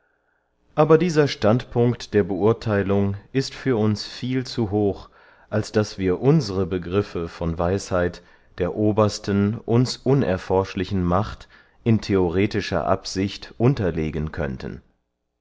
aber dieser standpunkt der beurtheilung ist für uns viel zu hoch als daß wir unsere begriffe von weisheit der obersten uns unerforschlichen macht in theoretischer absicht unterlegen könnten